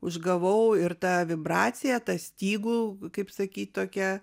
užgavau ir ta vibracija ta stygų kaip sakyt tokia